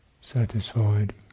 satisfied